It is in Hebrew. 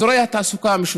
אזורי התעסוקה המשותפים,